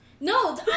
No